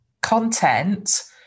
content